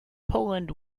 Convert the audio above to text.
poland